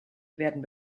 werden